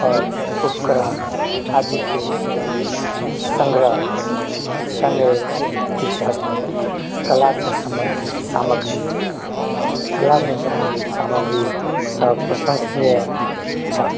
काज उपकरण आदिके सङ्ग्रह सङ्गे किछु हस्तकला से सम्बंधित सामग्री चित्रकलासंँ सम्बंधित सामग्री सब प्रशंसनीय छल